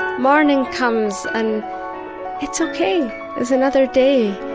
morning comes, and it's okay there's another day